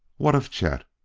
what of chet?